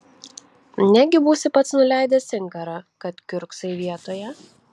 negi būsi pats nuleidęs inkarą kad kiurksai vietoje